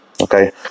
Okay